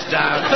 down